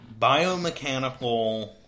biomechanical